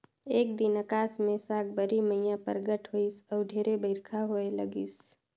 एक दिन अकास मे साकंबरी मईया परगट होईस अउ ढेरे बईरखा होए लगिस